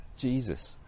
jesus